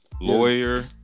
lawyer